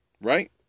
Right